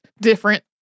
different